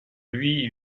lui